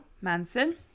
Manson